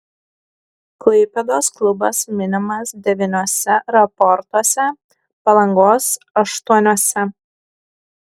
klaipėdos klubas minimas devyniuose raportuose palangos aštuoniuose